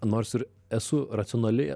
nors ir esu racionali